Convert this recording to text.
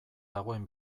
dagoen